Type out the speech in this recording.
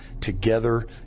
together